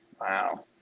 Wow